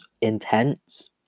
intense